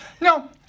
No